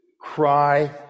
cry